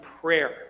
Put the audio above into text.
prayer